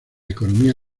economía